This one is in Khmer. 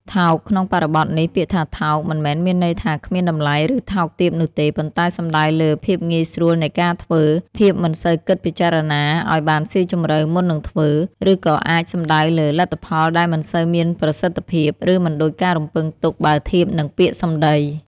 ថោក ក្នុងបរិបទនេះ ពាក្យថា "ថោក" មិនមែនមានន័យថាគ្មានតម្លៃ ឬថោកទាបនោះទេ ប៉ុន្តែសំដៅលើ ភាពងាយស្រួលនៃការធ្វើ ភាពមិនសូវគិតពិចារណាឱ្យបានស៊ីជម្រៅមុននឹងធ្វើ ឬក៏អាចសំដៅលើ លទ្ធផលដែលមិនសូវមានប្រសិទ្ធភាព ឬមិនដូចការរំពឹងទុកបើធៀបនឹងពាក្យសម្ដី។